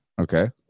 Okay